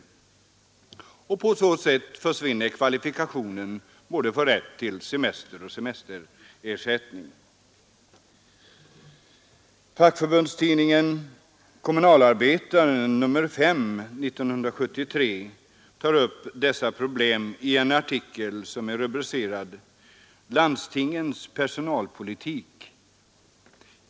På så sätt försvinner kvalifikationen både för rätt till semester och semesterersättning. Fackförbundstidningen Kommunalarbetaren, nummer 5 i år, tar upp dessa problem i en artikel rubricerad ”Landstingens personalpolitik”.